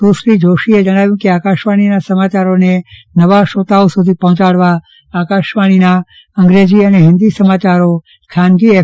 સુશ્રી જોશી એ જજ્ઞાવ્યું કે આકાશવાજીના સમાચારોને નવા શ્રોતાઓ સુધી પહોંચાડવા આકાશવાણીના અંગ્રેજી અને હિન્દી સમાચારો ખાનગી એફ